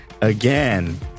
again